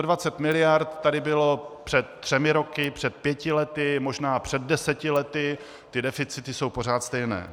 120 miliard tady bylo před třemi roky, před pěti lety, možná před deseti lety, ty deficity jsou pořád stejné.